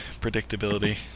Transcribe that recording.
predictability